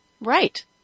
Right